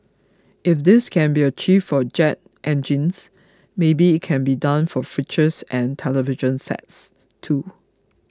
if this can be achieved for jet engines maybe it can be done for fridges and television sets too